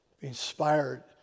inspired